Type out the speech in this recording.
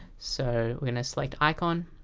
so we're gonna select icon